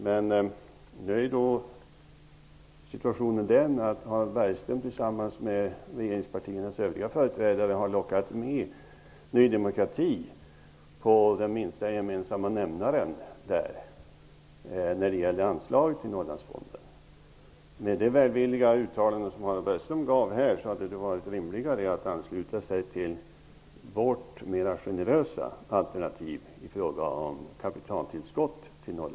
Men situationen är den att Harald Bergström tillsammans med regeringspartiernas övriga företrädare har lockat med Ny demokrati på den minsta gemensamma nämnaren när det gäller anslaget till Norrlandsfonden. Med tanke på Harald Bergströms välvilliga uttalande här hade det väl varit rimligare att ansluta sig till vårt, generösare, alternativ i fråga om kapitaltillskott till